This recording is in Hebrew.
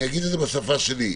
אגיד את זה בשפה שלי,